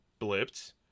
blipped